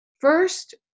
First